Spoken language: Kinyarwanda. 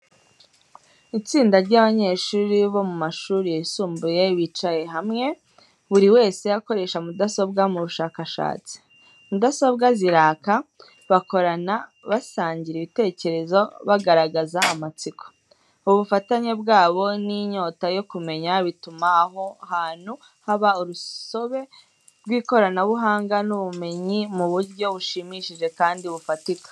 Itsinda ry’abanyeshuri bo mu mashuri yisumbuye bicaye hamwe, buri wese akoresha mudasobwa mu bushakashatsi. Mudasobwa ziraka, bakorana, basangira ibitekerezo, bagaragaza amatsiko. Ubufatanye bwabo n’inyota yo kumenya bituma aho hantu haba urusobe rw’ikoranabuhanga n’ubumenyi mu buryo bushimishije kandi bufatika.